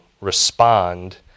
respond